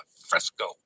fresco